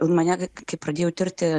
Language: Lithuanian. mane kai pradėjau tirti